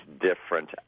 different